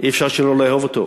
אי-אפשר שלא לאהוב אותו.